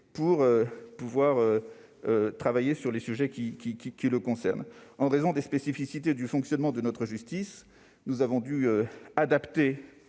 qui travailleront sur les sujets qui le concernent. En raison des spécificités du fonctionnement de notre justice, nous avons dû adapter